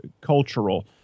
cultural